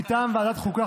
מטעם ועדת החוקה,